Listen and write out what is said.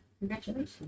Congratulations